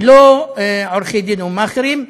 ולא עורכי דין או מאכערים.